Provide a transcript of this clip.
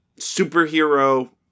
superhero